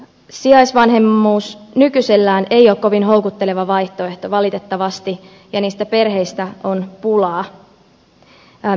sijaisvanhemmuus nykyisellään ei ole valitettavasti kovin houkutteleva vaihtoehto ja niistä perheistä on pulaa